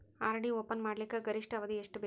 RD open ಮಾಡಲಿಕ್ಕ ಗರಿಷ್ಠ ಅವಧಿ ಎಷ್ಟ ಬೇಕು?